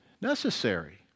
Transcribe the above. necessary